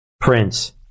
Prince